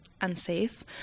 unsafe